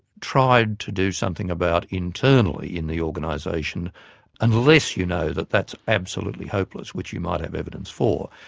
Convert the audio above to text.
tried to do something about internally in the organisation unless you know that that's absolutely hopeless, which you might have evidence for.